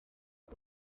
aho